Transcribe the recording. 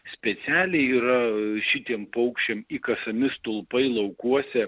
specialiai yra šitiem paukščiam įkasami stulpai laukuose